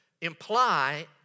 imply